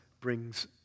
brings